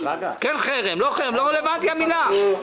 כן חרם או לא חרם לא רלוונטית המילה.